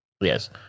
Yes